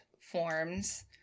forms